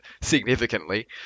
significantly